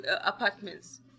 apartments